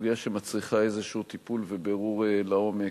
סוגיה שמצריכה איזה טיפול ובירור לעומק.